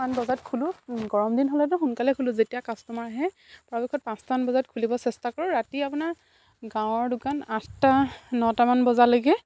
বজাত খোলোঁ গৰম দিন হ'লেতো সোনকালে খোলোঁ যেতিয়া কাষ্টমাৰ আহে পৰাপক্ষত পাঁচটামান বজাত খুলিব চেষ্টা কৰোঁ ৰাতি আপোনাৰ গাঁৱৰ দোকান আঠটা নটামান বজালৈকে